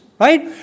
Right